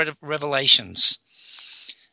revelations